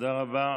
תודה רבה.